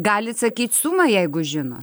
galit sakyt sumą jeigu žino